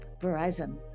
Verizon